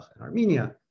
Armenia